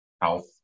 health